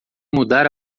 mudar